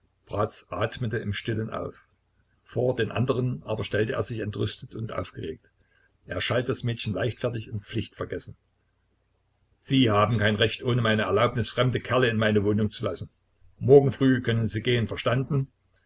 bratz atmete im stillen auf vor den andern aber stellte er sich sehr entrüstet und aufgeregt er schalt das mädchen leichtfertig und pflichtvergessen sie haben kein recht ohne meine erlaubnis fremde kerle in meine wohnung zu lassen morgen früh können sie gehen verstanden